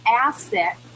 asset